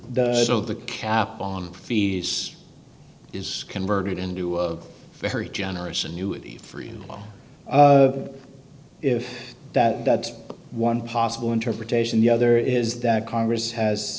of the cap on fees is converted into a very generous annuity free if that that's one possible interpretation the other is that congress has